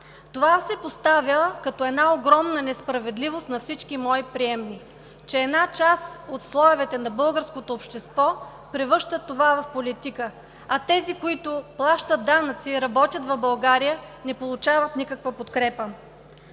Това се поставя като една огромна несправедливост на всички мои приемни – че една част от слоевете на българското общество превръщат това в политика, а тези, които плащат данъци и работят в България, не получават никаква подкрепа.